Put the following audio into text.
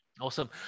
awesome